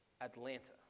Atlanta